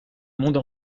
monde